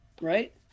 Right